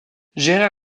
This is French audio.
gérard